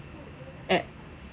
app